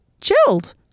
chilled